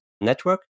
network